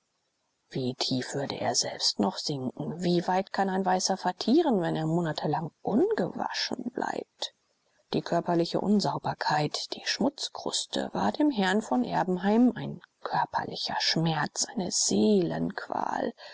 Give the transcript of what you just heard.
wie tief würde er selbst noch sinken wie weit kann ein weißer vertieren wenn er monate lang ungewaschen bleibt die körperliche unsauberkeit die schmutzkruste war dem herrn von erbenheim ein körperlicher schmerz eine